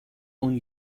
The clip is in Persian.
اون